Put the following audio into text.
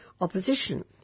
opposition